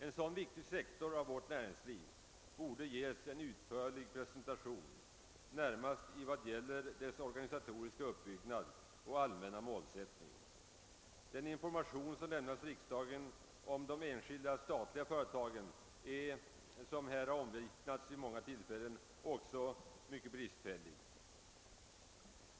En sådan viktig sektor av vårt näringsliv borde ges en utförlig presentation i vad gäller dess organisatoriska uppbyggnad och allmänna målsättning. Även den information som lämnas riksdagen om de olika statliga företagen är, som här ofta omvittnats, ofta mycket bristfällig.